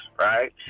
right